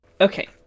Okay